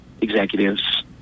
executives